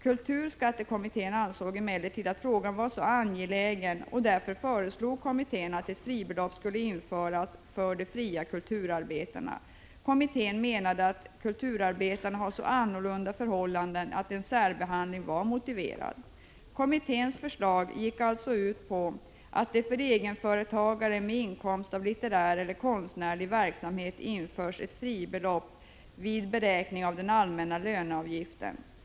Kulturskattekommittén ansåg emellertid att frågan var angelägen, och därför föreslog kommittén att ett fribelopp för de fria kulturarbetarna skulle införas. Kommittén menade att kulturarbetarna har så avvikande förhållanden att en särbehandling var motiverad. Kommitténs förslag gick alltså ut på att det för egenföretagare med inkomst av litterär eller konstnärlig verksamhet införs ett fribelopp vid beräkning av den allmänna löneavgiften.